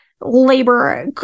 labor